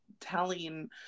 telling